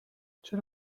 چرا